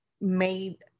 made